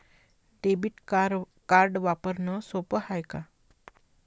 Debit card वापरणं सोप हाय का?